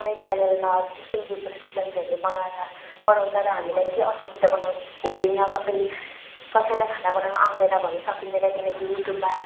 कुनै च्यानेलमा जस्तै डिम्पल्स किचेन्सहरूले बनाएर पठाउँछ र हामीलाई केही असुविधा बनाउ हुँदैन कसैले कसैलाई खाना बनाउनु आउँदैन भन्नु सकिँदैन किनकि युट्युबमा